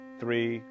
three